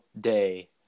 day